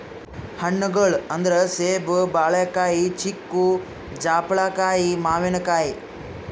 ಹಣ್ಣ್ಗೊಳ್ ಅಂದ್ರ ಸೇಬ್, ಬಾಳಿಕಾಯಿ, ಚಿಕ್ಕು, ಜಾಪಳ್ಕಾಯಿ, ಮಾವಿನಕಾಯಿ